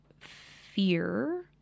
Fear